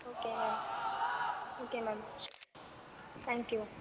okay ma'am okay ma'am thank you